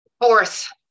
Fourth